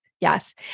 yes